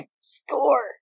Score